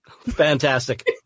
Fantastic